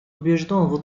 убежден